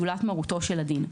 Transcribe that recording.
זולת מרותו של הדין.